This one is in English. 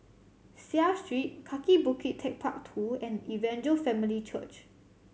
Seah Street Kaki Bukit Techpark Two and Evangel Family Church